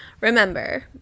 Remember